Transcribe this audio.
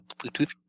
Bluetooth